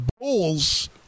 Bulls